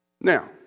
Now